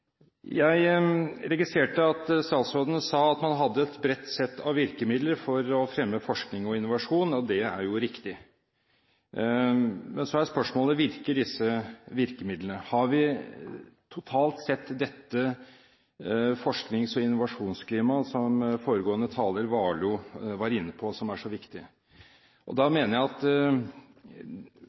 Jeg registrerte at statsråden sa at man hadde et bredt sett av virkemidler for å fremme forskning og innovasjon, og det er riktig. Men så er spørsmålet: Virker disse virkemidlene, har vi totalt sett dette forsknings- og innovasjonsklimaet som foregående taler, Warloe, var inne på, som er så viktig? Da mener jeg at